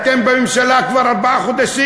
אתם בממשלה כבר ארבעה חודשים.